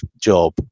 job